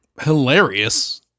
hilarious